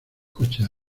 coches